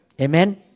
Amen